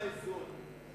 כבוד היושב-ראש,